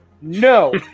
No